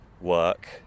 Work